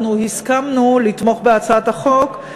אנחנו הסכמנו לתמוך בהצעת החוק,